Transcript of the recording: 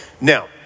Now